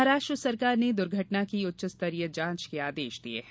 महाराष्ट्र सरकार ने दुर्घटना की उच्चस्तरीय जांच के आदेश दिए हैं